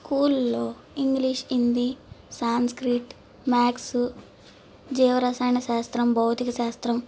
స్కూల్లో English Hindi Sanskrit maths జీవ రసాయన శాస్త్రం భౌతిక శాస్త్రం